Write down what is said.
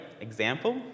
example